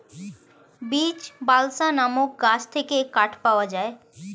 beech, balsa নামক গাছ থেকে কাঠ পাওয়া যায়